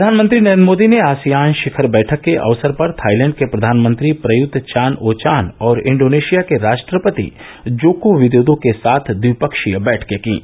प्रधानमंत्री नरेन्द्र मोदी ने आसियान शिखर बैठक के अवसर पर थाईलैंड के प्रधानमंत्री प्रयूत चान ओ चान और इंडोनेशिया के राष्ट्रपति जोको विदोदो के साथ द्विपक्षीय बैठके कीं